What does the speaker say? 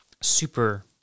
super